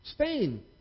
Spain